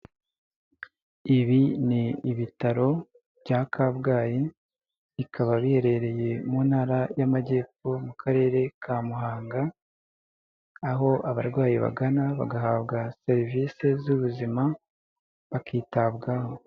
Ibi ni ibitaro bya Kabgayi, bikaba biherereye mu ntara y'amajyepfo mu karere ka Muhanga, aho abarwayi bagana bagahabwa serivisi z'ubuzima bakitabwaho.